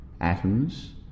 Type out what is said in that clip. atoms